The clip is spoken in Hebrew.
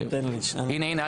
הינה: